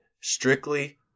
strictly